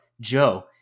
Joe